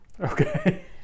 Okay